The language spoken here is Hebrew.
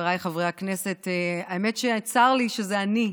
חבריי חברי הכנסת, האמת שצר לי שזו אני,